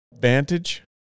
vantage